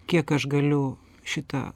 kiek aš galiu šitą